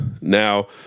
Now